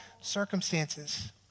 circumstances